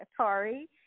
Atari